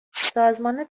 سازمان